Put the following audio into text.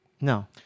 No